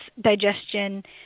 digestion